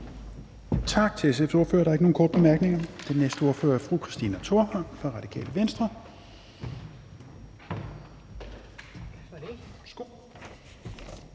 SF's ordfører. Der er ikke nogen korte bemærkninger. Den næste ordfører er fru Christina Thorholm fra Radikale Venstre.